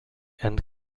and